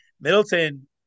Middleton